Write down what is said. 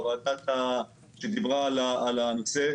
בוועדה שדיברה על הנושא,